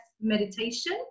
meditation